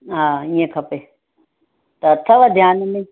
हा ईअं खपे त अथव ध्यान में